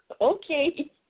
Okay